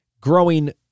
growing